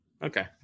Okay